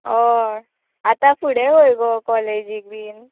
ऑय आतां फुडें खंय गो कॉलेजीक बीन